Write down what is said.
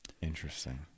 interesting